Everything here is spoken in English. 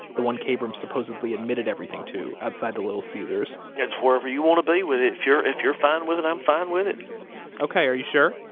the one kabrahm supposedly admitted everything to outside the little caesars it's wherever you want to be with it. if you're if you're fine with it, i'm fine with it ok, are you sure?